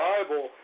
Bible